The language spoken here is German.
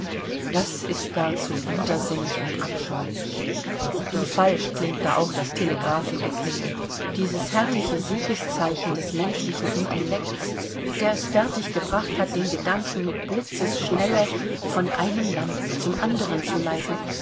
das ist gar zu widersinnig und abscheulich wie falsch klingt da auch das telegraphengeklingel dieses herrliche siegeszeichen des menschlichen intellekts der es fertig gebracht hat den gedanken mit blitzesschnelle von einem land zum andern zu leiten